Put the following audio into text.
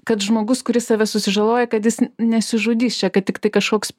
kad žmogus kuris save susižaloja kad jis nesižudys čia kad tiktai kažkoks